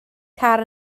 car